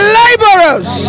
laborers